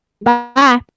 Bye